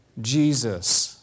Jesus